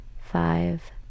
Five